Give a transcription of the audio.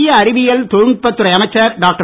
மத்திய அரவியல் தொழில்நுட்பத்துறை அமைச்சர் டாக்டர்